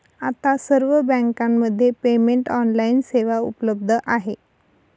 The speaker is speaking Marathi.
आता सर्व बँकांमध्ये पेमेंट ऑनलाइन सेवा उपलब्ध आहे